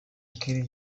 kylie